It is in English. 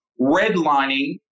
Redlining